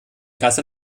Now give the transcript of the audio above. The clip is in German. gasse